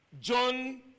John